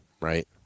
right